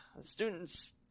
students